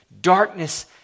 darkness